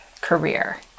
career